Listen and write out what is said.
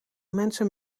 mensen